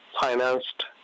financed